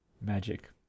magic